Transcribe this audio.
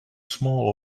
small